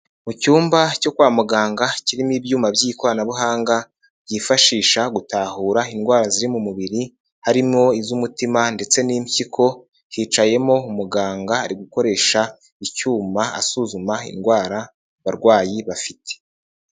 Mu cyumba cyo kwa muganga kirimo ibyuma by'ikoranabuhanga byifashisha gutahura indwara ziri mu mubiri harimwo iz'umutima ndetse n'impyiko hicayemo umuganga ari gukoresha icyuma asuzuma indwara abarwayi bafite.